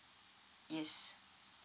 yes